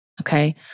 okay